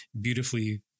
beautifully